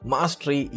Mastery